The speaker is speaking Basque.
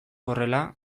horrela